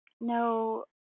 no